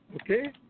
okay